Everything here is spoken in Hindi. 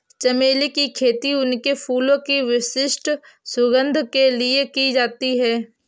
चमेली की खेती उनके फूलों की विशिष्ट सुगंध के लिए की जाती है